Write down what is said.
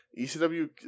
ECW